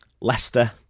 Leicester